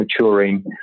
maturing